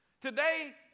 Today